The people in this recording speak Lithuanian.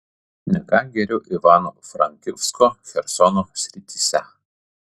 ne ką geriau ivano frankivsko chersono srityse